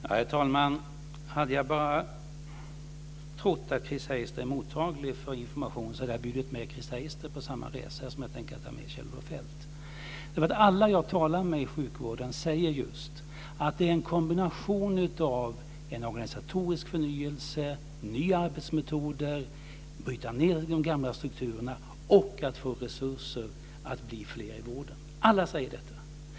Herr talman! Hade jag bara trott att Chris Heister är mottaglig för information så hade jag bjudit med Chris Heister på samma resa som jag tänkte ta med Kjell-Olof Feldt på. Alla jag talar med i sjukvården säger just att det krävs en kombination. Det handlar om en organisatorisk förnyelse, om nya arbetsmetoder, om att bryta ned de gamla strukturerna och om att få resurser att bli fler i vården. Alla säger detta.